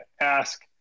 ask